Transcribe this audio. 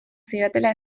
zidatela